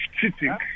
cheating